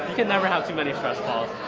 can never have too many stress balls.